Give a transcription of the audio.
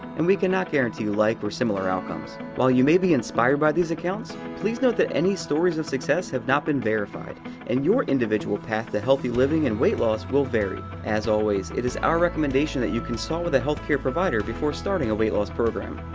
and we cannot guarantee you like or similar outcomes. while you may be inspired by these accounts, please note that any stories of success have not been verified and your individual path to healthy living and weight loss will vary. as always, it is our recommendation that you consult with a healthcare provider before starting a weight-loss program.